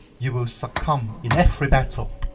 you will succumb in every battle.